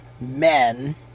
men